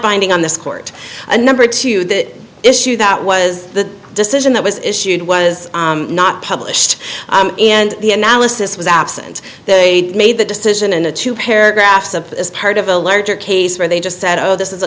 binding on this court and number two the issue that was the decision that was issued was not published and the analysis was absent they made the decision and the two paragraphs up as part of a larger case where they just said oh this is